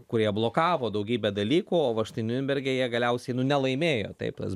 kurie blokavo daugybę dalykų o va štai niurnberge jie galiausiai nu nelaimėjo taip tas